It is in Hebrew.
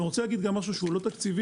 אני רוצה להגיד גם משהו שהוא לא תקציבי